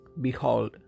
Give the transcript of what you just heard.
behold